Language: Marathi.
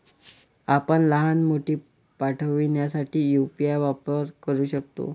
आपण लहान मोती पाठविण्यासाठी यू.पी.आय वापरू शकता